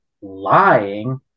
lying